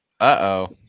Uh-oh